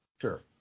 Sure